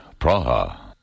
Praha. (